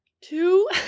Two